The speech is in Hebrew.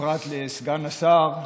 ובפרט לסגן השר,